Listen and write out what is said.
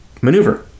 maneuver